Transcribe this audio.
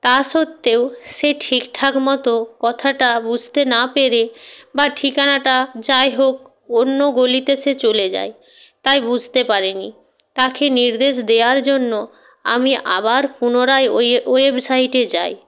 তা সত্ত্বেও সে ঠিকঠাক মতো কথাটা বুঝতে না পেরে বা ঠিকানাটা যাই হোক অন্য গলিতে সে চলে যায় তাই বুঝতে পারে নি তাখে নির্দেশ দেয়ার জন্য আমি আবার পুনরায় ওই ওয়েবসাইটে যাই